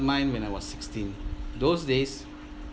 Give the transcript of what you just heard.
mine when I was sixteen those days